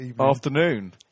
afternoon